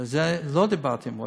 על זה לא דיברתי עם רוטשטיין,